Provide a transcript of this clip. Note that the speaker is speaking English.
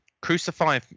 crucify